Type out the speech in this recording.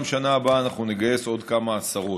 גם בשנה הבאה אנחנו נגייס עוד כמה עשרות.